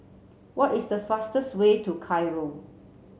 what is the fastest way to Cairo